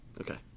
Okay